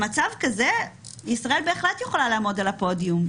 במצב כזה ישראל בהחלט יכולה לעמוד על הפודיום,